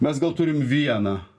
mes gal turim vieną